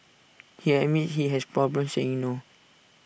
he admits he has problems saying no